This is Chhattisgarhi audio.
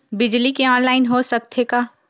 बिजली के ऑनलाइन हो सकथे का?